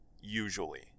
usually